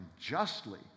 justly